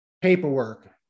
paperwork